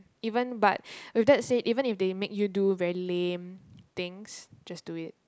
even but with that said even if they make you do very lame things just do it